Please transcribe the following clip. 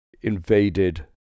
invaded